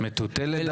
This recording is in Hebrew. מטוטלת.